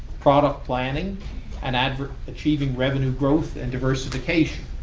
product planning and and achieving revenue growth and diversification.